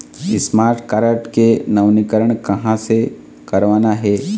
Smart card के नवीनीकरण कहां से करवाना हे?